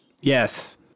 Yes